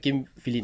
hakim fill in